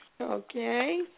Okay